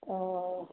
ا